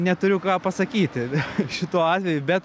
neturiu ką pasakyti šituo atveju bet